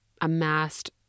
amassed